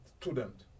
student